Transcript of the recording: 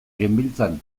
genbiltzan